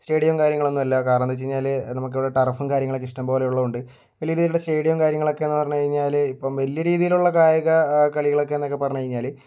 സ്റ്റേഡിയവും കാര്യങ്ങളൊന്നും അല്ല കാരണം എന്താണെന്ന് വച്ച് കഴിഞ്ഞാല് നമുക്കിവിടെ ടറഫും കാര്യങ്ങളൊക്കെ ഇഷ്ടംപോലെ ഉള്ളത് കൊണ്ട് വലിയ രീതിയിലുള്ള സ്റ്റേഡിയം കാര്യങ്ങളൊക്കെയെന്ന് പറഞ്ഞ് കഴിഞ്ഞാൽ ഇപ്പോൾ വലിയ രീതിയിലുള്ള കായിക കളികളൊക്കെയെന്നൊക്കെ പറഞ്ഞ് കഴിഞ്ഞാല്